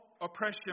oppression